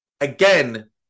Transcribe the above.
again